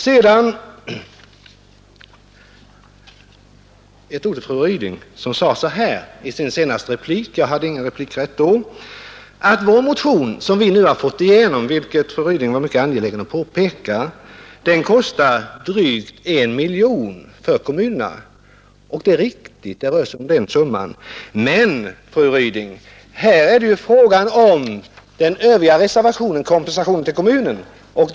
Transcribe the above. Sedan vill jag beröra några ord av fru Ryding, som hon yttrade i sin senaste replik — jag hade ingen replikrätt då. Fru Ryding sade att vår motion, som vi nu fått igenom, vilket fru Ryding var mycket noga med att påpeka, kostar drygt 1 miljon för kommunerna. Det är riktigt, det rör sig om den summan. Men, fru Ryding, här är det ju fråga om den andra reservationen, kompensationen till kommunerna för bostadstilläggen i sin helhet.